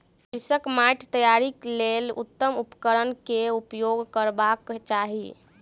कृषकक माइट तैयारीक लेल उत्तम उपकरण केउपयोग करबाक चाही